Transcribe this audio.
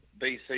BC